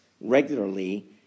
regularly